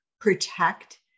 protect